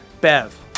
Bev